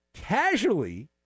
casually